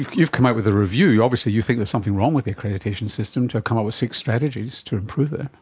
you've come out with a review, obviously you think there's something wrong with the accreditation system to have come up with six strategies to improve it.